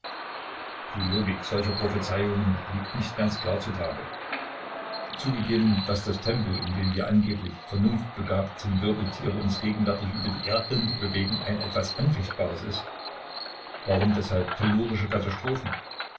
die logik solcher prophezeiungen liegt nicht ganz klar zutage zugegeben daß das tempo in dem wir angeblich vernunftbegabten wirbeltiere uns gegenwärtig über die erdrinde bewegen ein etwas anfechtbares ist warum deshalb tellurische katastrophen